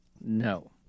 no